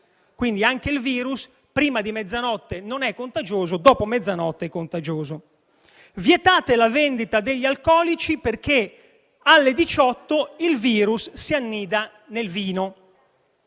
quindi anche il virus prima di mezzanotte non è contagioso ma dopo mezzanotte lo è. Vietate la vendita degli alcolici perché alle 18 il virus si annida nel vino.